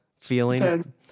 feeling